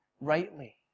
rightly